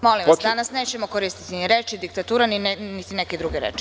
Molim vas, danas nećemo koristiti ni reč diktatura, ni neke druge reči.